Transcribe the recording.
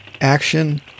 action